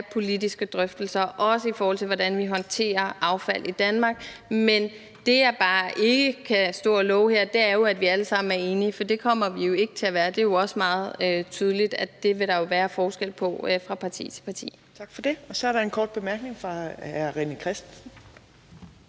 politiske drøftelser, også i forhold til hvordan vi håndterer affald i Danmark. Men det, jeg bare ikke kan stå og love her, er jo, at vi alle sammen er enige, for det kommer vi jo ikke til at være. Det er jo også meget tydeligt, at det vil der være forskel på fra parti til parti. Kl. 13:11 Fjerde næstformand (Trine Torp): Tak for det, og så er der en kort bemærkning fra hr. René Christensen.